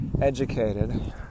educated